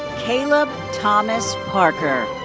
caleb thomas parker.